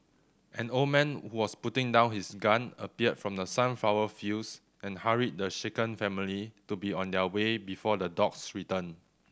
an old man who was putting down his gun appeared from the sunflower fields and hurried the shaken family to be on their way before the dogs return